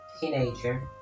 teenager